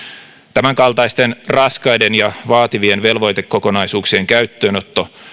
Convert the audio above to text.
tämänkaltaisten raskaiden ja vaativien velvoitekokonaisuuksien käyttöönotto